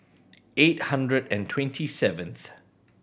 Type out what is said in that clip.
eight hundred and twenty seventh